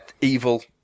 evil